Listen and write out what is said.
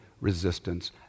resistance